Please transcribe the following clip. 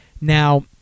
Now